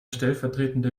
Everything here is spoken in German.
stellvertretende